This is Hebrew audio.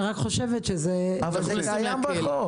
אני רק חושבת שזה --- אבל זה קיים בחוק.